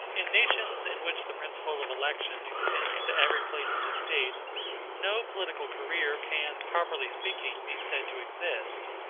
in nations in which the principle of election extends to every place in the state no political career can, properly speaking, be said to exist.